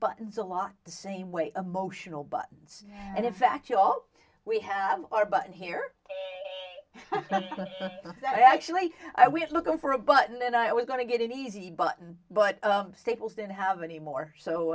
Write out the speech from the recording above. buttons a lot the same way emotional buttons and in fact you know we have our button here that actually i was looking for a button and i was going to get an easy button but staples didn't have any more so